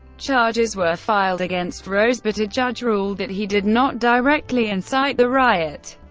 charges were filed against rose, but a judge ruled that he did not directly incite the riot.